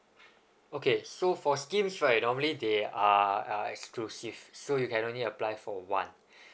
okay so for schemes right normally they are are exclusive so you can only apply for one